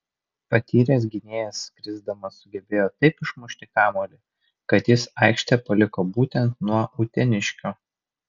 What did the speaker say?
patyręs gynėjas krisdamas sugebėjo taip išmušti kamuolį kad jis aikštę paliko būtent nuo uteniškio